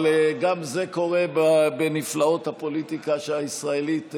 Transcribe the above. אבל גם זה קורה בנפלאות הפוליטיקה הישראלית היום.